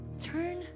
Turn